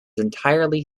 entirely